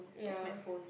ya